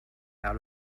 out